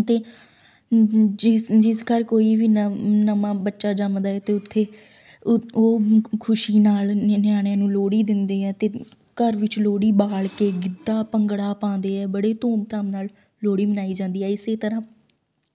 ਅਤੇ ਜਿਸ ਕਰ ਕੋਈ ਵੀ ਨਵ ਨਵਾਂ ਬੱਚਾ ਜੰਮਦਾ ਤਾਂ ਉੱਥੇ ਉਹ ਖੁਸ਼ੀ ਨਾਲ ਨਿਆਣਿਆਂ ਨੂੰ ਲੋਹੜੀ ਦਿੰਦੇ ਹੈ ਅਤੇ ਘਰ ਵਿੱਚ ਲੋਹੜੀ ਬਾਲ਼ ਕੇ ਗਿੱਧਾ ਭੰਗੜਾ ਪਾਉਂਦੇ ਆ ਬੜੇ ਧੂਮ ਧਾਮ ਨਾਲ ਲੋਹੜੀ ਮਨਾਈ ਜਾਂਦੀ ਹੈ ਇਸੇ ਤਰ੍ਹਾਂ